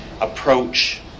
approach